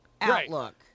outlook